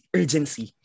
urgency